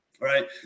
Right